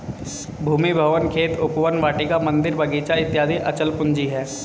भूमि, भवन, खेत, उपवन, वाटिका, मन्दिर, बगीचा इत्यादि अचल पूंजी है